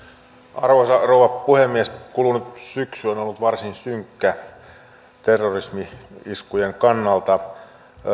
arvoisa rouva puhemies kulunut syksy on ollut varsin synkkä terroristi iskujen kannalta